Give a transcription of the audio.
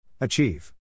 Achieve